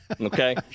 Okay